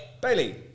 Bailey